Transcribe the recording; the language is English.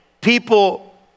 people